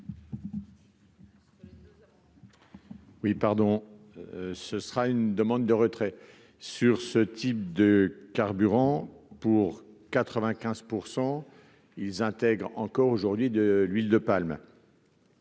Oui, pardon, ce sera une demande de retrait sur ce type de carburant pour 95 % ils intègrent encore aujourd'hui de l'huile de palme.